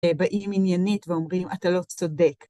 באים עניינית ואומרים, אתה לא צודק.